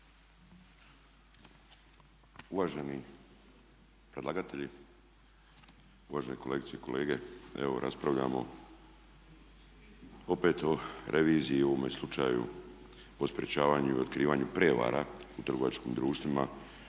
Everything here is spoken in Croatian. Uvaženi predlagatelji, uvažene kolegice i kolege, evo raspravljamo opet o reviziji u ovome slučaju o sprječavanju i otkrivanju prijevara u trgovačkim društvima